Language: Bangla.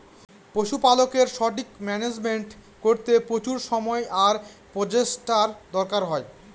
পশুপালকের সঠিক মান্যাজমেন্ট করতে প্রচুর সময় আর প্রচেষ্টার দরকার হয়